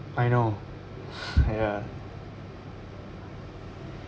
I know ya